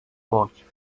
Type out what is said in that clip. voucher